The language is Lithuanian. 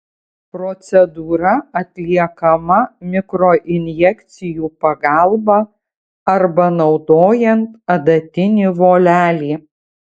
procedūra atliekama mikroinjekcijų pagalba arba naudojant adatinį volelį